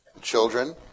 children